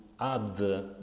add